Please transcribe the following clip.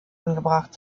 angebracht